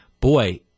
boy